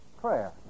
prayer